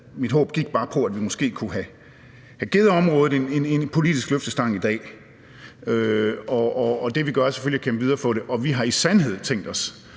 Mit håb gik bare på, at vi måske kunne have givet området et politisk løft i dag, og det, vi gør, er selvfølgelig at kæmpe videre for det. Og vi har i sandhed tænkt os